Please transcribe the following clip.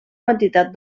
quantitat